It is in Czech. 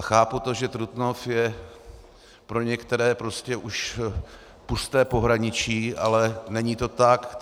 Chápu to, že Trutnov je pro některé prostě už pusté pohraničí, ale není to tak.